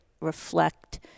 reflect